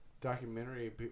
documentary